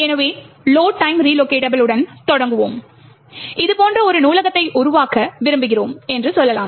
எனவே load time relocatable உடன் தொடங்குவோம் இது போன்ற ஒரு நூலகத்தை உருவாக்க விரும்புகிறோம் என்று சொல்லலாம்